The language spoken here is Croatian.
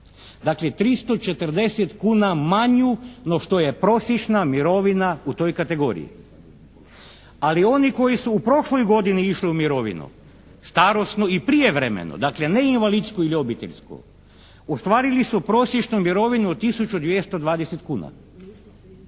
Dakle 340,00 kuna manju no što je prosječna mirovina u toj kategoriji. Ali oni koji su u prošloj godini išli u mirovinu, starosnu i prijevremenu, dakle ne invalidsku ili obiteljsku, ostvarili su prosječnu mirovinu od 1.220,00 kuna.